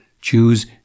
choose